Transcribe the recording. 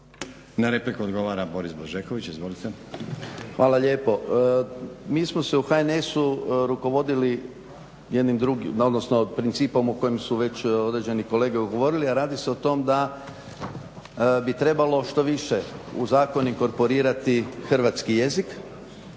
Na repliku odgovara Boris Blažeković, izvolite. **Blažeković, Boris (HNS)** Hvala lijepo. Mi smo se u HNS-u rukovodili jednim drugim, odnosno principom o kojem su već određeni kolege govorili a radi se o tome da bi trebalo što više u zakon inkorporirati hrvatski jezik